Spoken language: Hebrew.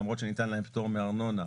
למרות שניתן להם פטור מארנונה,